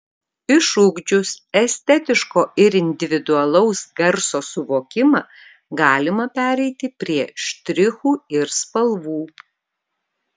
išugdžius estetiško ir individualaus garso suvokimą galima pereiti prie štrichų ir spalvų